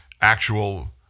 actual